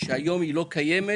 שהיום היא לא קיימת